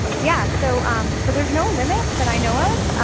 yeah, so so there's no limit that i know of.